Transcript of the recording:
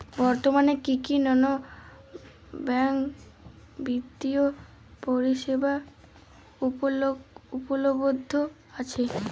বর্তমানে কী কী নন ব্যাঙ্ক বিত্তীয় পরিষেবা উপলব্ধ আছে?